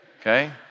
okay